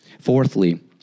Fourthly